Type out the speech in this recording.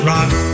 Rock